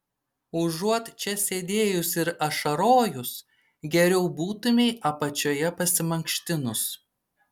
užuot čia sėdėjus ir ašarojus geriau būtumei apačioje pasimankštinus